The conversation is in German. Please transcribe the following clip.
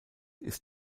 ist